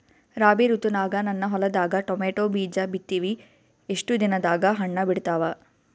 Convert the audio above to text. ರಾಬಿ ಋತುನಾಗ ನನ್ನ ಹೊಲದಾಗ ಟೊಮೇಟೊ ಬೀಜ ಬಿತ್ತಿವಿ, ಎಷ್ಟು ದಿನದಾಗ ಹಣ್ಣ ಬಿಡ್ತಾವ?